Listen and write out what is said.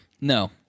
No